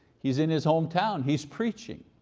he's in his hometown, he's preaching,